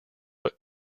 but